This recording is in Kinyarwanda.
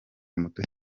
muto